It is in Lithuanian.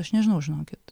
aš nežinau žinokit